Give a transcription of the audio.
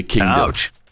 Ouch